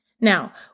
Now